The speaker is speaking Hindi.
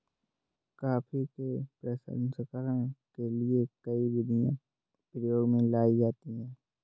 कॉफी के प्रसंस्करण के लिए कई विधियां प्रयोग में लाई जाती हैं